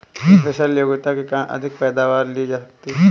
special योग्यता के कारण अधिक पैदावार ली जा सकती है